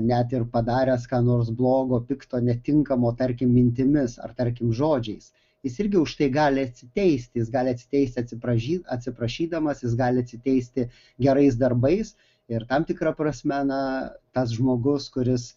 net ir padaręs ką nors blogo pikto netinkamo tarkim mintimis ar tarkim žodžiais jis irgi už tai gali atsiteisti jis gali atsiteisti atsiprašy atsiprašydamas jis gali atsiteisti gerais darbais ir tam tikra prasme na tas žmogus kuris